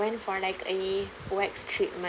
went for like a wax treatment